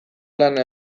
lana